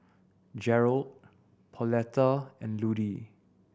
Jerrold Pauletta and Ludie